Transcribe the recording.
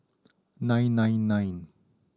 nine nine nine